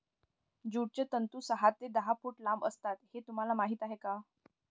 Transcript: ज्यूटचे तंतू सहा ते दहा फूट लांब असतात हे तुम्हाला माहीत आहे का